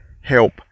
help